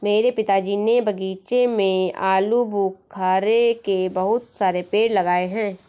मेरे पिताजी ने बगीचे में आलूबुखारे के बहुत सारे पेड़ लगाए हैं